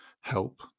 help